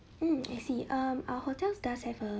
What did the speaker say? mm I see err our hotel does have err